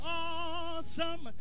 awesome